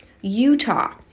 Utah